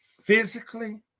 physically